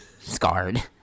scarred